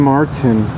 Martin